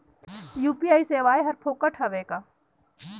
UPI सेवाएं हर फोकट हवय का?